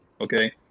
okay